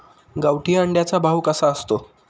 गावठी अंड्याचा भाव कसा असतो?